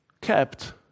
kept